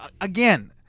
again